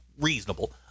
reasonable